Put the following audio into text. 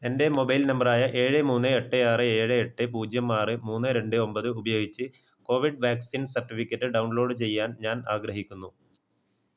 എന്റെ മൊബൈൽ നമ്പറായ ഏഴ് മൂന്ന് എട്ട് ആറ് ഏഴ് എട്ട് പൂജ്യം ആറ് മൂന്ന് രണ്ട് ഒൻപത് ഉപയോഗിച്ച് കോവിഡ് വാക്സിൻ സർട്ടിഫിക്കറ്റ് ഡൗൺലോഡ് ചെയ്യാൻ ഞാൻ ആഗ്രഹിക്കുന്നു